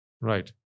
Right